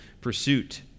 pursuit